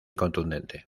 contundente